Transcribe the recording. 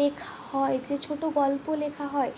লেখা হয় যে ছোটো গল্প লেখা হয়